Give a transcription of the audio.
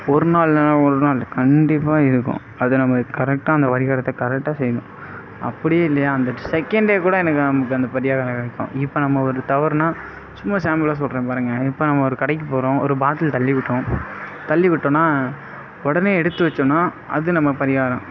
ஒரு நாள் இல்லைனா ஒரு நாள் கண்டிப்பாக இருக்கும் அது நம்மளுக்கு கரெக்டாக அந்த கரெக்டாக செய்யணும் அப்படியே இல்லையா அந்த செக்கெண்டே கூட எனக்கு நம்மளுக்கு அந்த பரிகாரம் கிடைக்கும் இப்போ நம்ம ஒரு தவறுனா சும்மா சாம்பிளாக சொல்கிறேன் பாருங்கள் இப்போ நம்ம ஒரு கடைக்கு போகிறோம் ஒரு பாட்டில் தள்ளிவிட்டோம் தள்ளிவிட்டோம்னா உடனே எடுத்து வைச்சோன்னா அது நம்ம பரிகாரம்